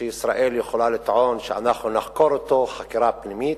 שישראל יכולה לטעון: אנחנו נחקור אותו חקירה פנימית,